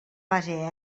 base